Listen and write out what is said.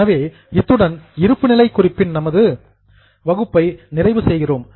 எனவே இத்துடன் இருப்புநிலை குறிப்பின் நமது வகுப்பை நிறைவு செய்கிறோம்